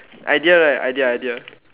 idea right idea idea